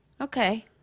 Okay